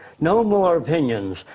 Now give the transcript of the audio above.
no more opinions.